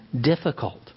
difficult